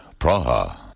Praha